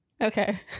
Okay